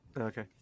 Okay